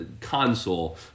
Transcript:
console